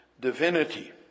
divinity